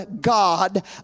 God